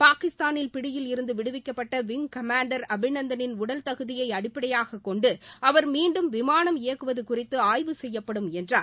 பாகிஸ்தானின் பிடியில் இருந்து விடுவிக்கப்பட்ட விங் கமான்டர் அபிநந்தனின் உடல் தகுதியை அடிப்படையாக கொண்டு அவர் மீண்டும் விமானம் இயக்கவது குறித்து அய்வு செய்யப்படும் என்றார்